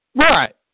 Right